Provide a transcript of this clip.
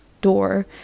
door